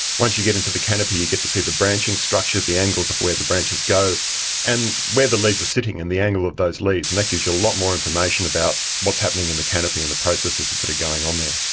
once you get into the canopy you get to see the branching structure, the angles of where the branches go and where the leaves are sitting and the angle of those leaves and that gives you a lot more information about what's happening in the canopy and the processes that are going on there.